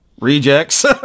Rejects